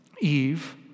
Eve